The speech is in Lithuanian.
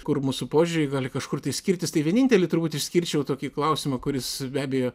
kur mūsų požiūriai gali kažkur tai skirtis tai vienintelį turbūt išskirčiau tokį klausimą kuris be abejo